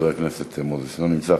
חבר הכנסת מוזס, לא נמצא.